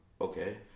Okay